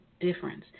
difference